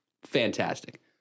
Fantastic